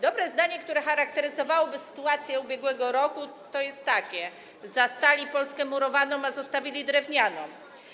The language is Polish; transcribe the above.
Dobre zdanie, które charakteryzowałoby sytuację ubiegłego roku, jest takie: Zastali Polskę murowaną, a zostawili drewnianą.